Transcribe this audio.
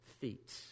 feet